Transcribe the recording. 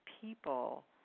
people